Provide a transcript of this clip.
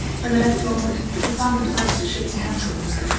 and the next moment he found himself shaking hands with her,